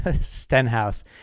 Stenhouse